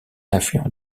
affluent